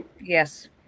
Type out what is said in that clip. Yes